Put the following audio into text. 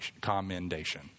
commendation